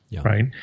right